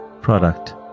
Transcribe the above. product